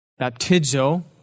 baptizo